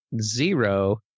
zero